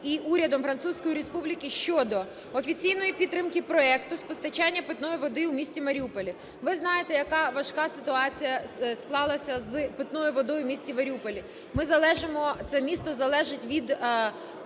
та Урядом Французької Республіки щодо офіційної підтримки проекту з постачання питної води у місті Маріуполі. Ви знаєте, яка важка ситуація склалася з питною водою в місті Маріуполі, ми залежимо, це місто залежить від